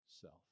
self